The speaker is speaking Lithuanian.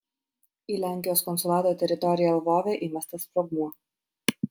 į lenkijos konsulato teritoriją lvove įmestas sprogmuo